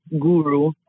guru